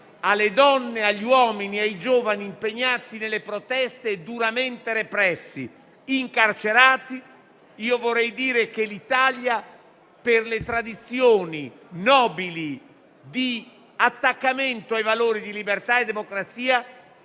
alle donne, agli uomini e ai giovani impegnati nelle proteste, duramente repressi e incarcerati, vorrei dire che l'Italia, per le tradizioni nobili di attaccamento ai valori di libertà e democrazia,